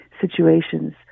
situations